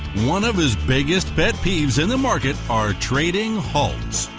one of his biggest pet peeves in the market are trading halts.